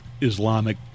Islamic